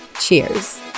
Cheers